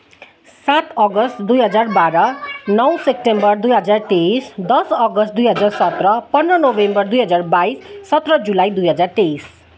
सात अगस्ट दुई हजार बाह्र नौ सेप्टेम्बर दुई हजार तेइस दस अगस्ट दुई हजार सत्र पन्ध्र नोभेम्बर दुई हजार बाइस सत्र जुलाई दुई हजार तेइस